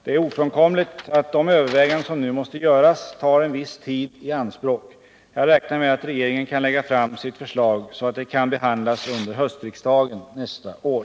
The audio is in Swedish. Det är ofrånkomligt att de överväganden som nu måste göras tar en viss tid i anspråk. Jag räknar med att regeringen kan lägga fram sitt förslag så att det kan behandlas under höstriksdagen nästa år.